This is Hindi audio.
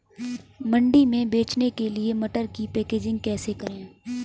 मंडी में बेचने के लिए मटर की पैकेजिंग कैसे करें?